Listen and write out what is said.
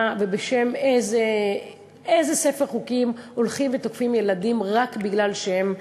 ובשם איזה ספר חוקים הולכים ותוקפים ילדים רק מפני שהם יהודים.